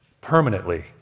permanently